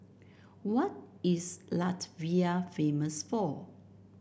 what is Latvia famous for